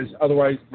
otherwise